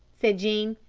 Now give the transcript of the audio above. said jean.